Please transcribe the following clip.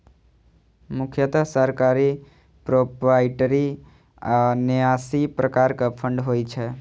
मुख्यतः सरकारी, प्रोपराइटरी आ न्यासी प्रकारक फंड होइ छै